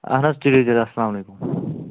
اَہن حظ تُلِو تیٚلہِ اَلسلام علیکُم